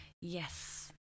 Yes